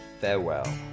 Farewell